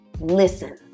listen